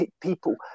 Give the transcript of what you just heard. people